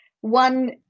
one